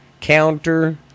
counter